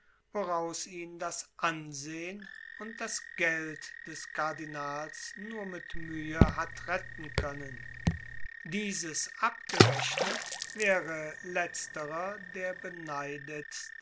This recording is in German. woraus ihn das ansehen und das geld des kardinals nur mit mühe hat retten können dieses abgerechnet wäre letzterer der beneidetste